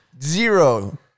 Zero